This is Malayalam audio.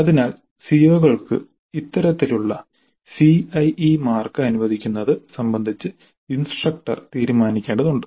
അതിനാൽ സിഒകൾക്ക് ഇത്തരത്തിലുള്ള സിഐഇ മാർക്ക് അനുവദിക്കുന്നത് സംബന്ധിച്ച് ഇൻസ്ട്രക്ടർ തീരുമാനിക്കേണ്ടതുണ്ട്